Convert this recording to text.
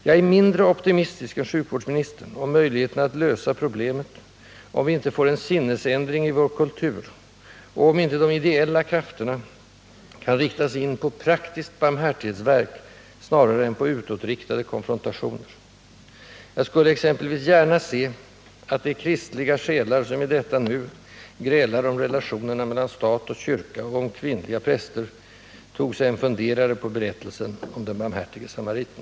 Jag är mindre optimistisk än sjukvårdsministern om möjligheten att lösa problemet, om vi inte får en sinnesändring i vår kultur och om inte de ideella krafterna kan riktas in på praktiskt barmhärtighetsverk snarare än på utåtriktade konfrontationer. Jag skulle exempelvis gärna se att de kristliga själar som i detta nu grälar om relationerna mellan stat och kyrka och om kvinnliga präster tog sig en funderare på berättelsen om den barmhärtige samariten.